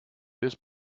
this